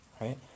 right